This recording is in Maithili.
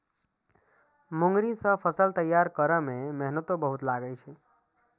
मूंगरी सं फसल तैयार करै मे मेहनतो बहुत लागै छै